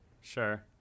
Sure